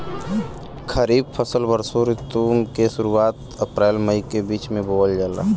खरीफ फसल वषोॅ ऋतु के शुरुआत, अपृल मई के बीच में बोवल जाला